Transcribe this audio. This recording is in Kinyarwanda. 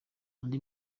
andi